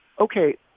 Okay